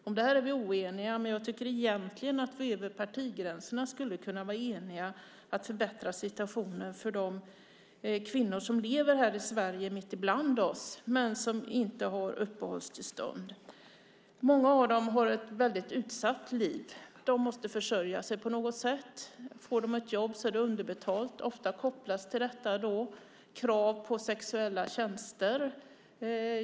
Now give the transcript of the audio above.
Om detta är vi oeniga, men jag tycker att vi över partigränserna borde kunna enas om att förbättra situationen för de kvinnor som lever mitt ibland oss men inte har uppehållstillstånd. Många av dem har ett väldigt utsatt liv. De måste försörja sig på något sätt. Får de ett jobb är det ofta underbetalt. Ofta kopplas krav på sexuella tjänster till detta.